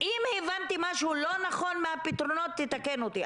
אם הבנתי משהו לא נכון מהפתרונות, תתקן אותי.